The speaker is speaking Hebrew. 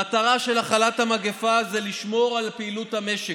המטרה של הכלת המגפה היא לשמור על הפעילות במשק,